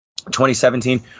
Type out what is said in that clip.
2017